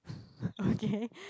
okay